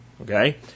Okay